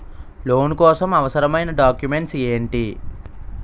Loan కోసం అవసరమైన documents ఎంటి?